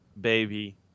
baby